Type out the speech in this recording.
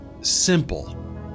simple